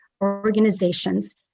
organizations